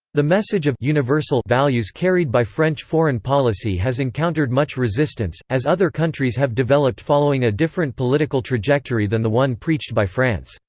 the message of universal values carried by french foreign policy has encountered much resistance, as other countries have developed following a different political trajectory than the one preached by france.